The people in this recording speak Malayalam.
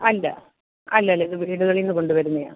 അല്ല അല്ലല്ല ഇത് വീടുകളീന്ന് കൊണ്ട് വരുന്നതാണ്